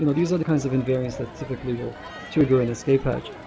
you know these are the kinds of invariance that typically will trigger an escape hatch.